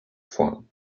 form